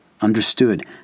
understood